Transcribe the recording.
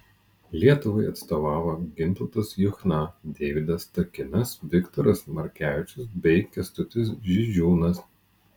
lietuvai atstovavo gintautas juchna deividas takinas viktoras markevičius bei kęstutis žižiūnas